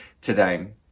today